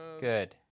good